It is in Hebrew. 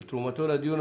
ועל תרומתו לדיון.